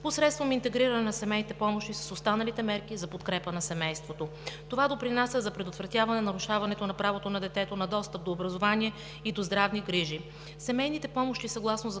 посредством интегриране на семейните помощи с останалите мерки за подкрепа на семейството. Това допринася за предотвратяване нарушаването на правото на детето на достъп до образование и до здравни грижи.